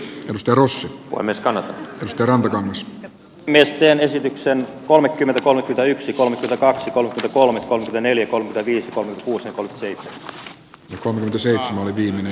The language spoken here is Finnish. mestaruus on myös kalat pystyvän myös nesteen esityksen kolmekymmentäkolme yksi kolmekymmentäkaksi kolme neljä kolme koivisto ui se on rikos on kyseessä oli viimeinen